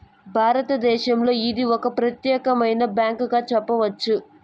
భారతదేశంలో ఇది ఒక ప్రత్యేకమైన బ్యాంకుగా చెప్పొచ్చు